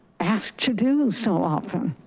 asked to do so often.